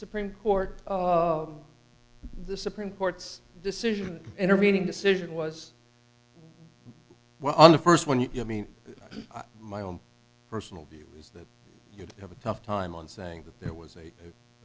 supreme court the supreme court's decision intervening decision was well on the first one you give me my own personal view is that you'd have a tough time on saying that there was a